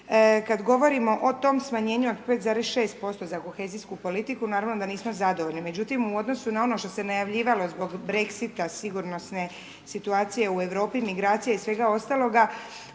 Kad govorimo o tom smanjenju od 5,6% za kohezijsku politiku naravno da nismo zadovoljni. Međutim, u odnosu na ono što se najavljivalo zbog Brexita, sigurnosne situacije u Europi, migracija i svega ostaloga